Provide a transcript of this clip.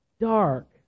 dark